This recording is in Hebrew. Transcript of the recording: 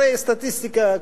הרי סטטיסטיקה,